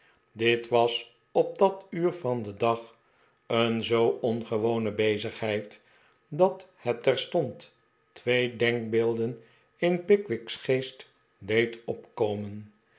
dit was op dat uur van den dag een zoo ongewone bezigheid dat het terstond twee denkbeelden in pickwick's geest deed opkomen